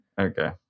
Okay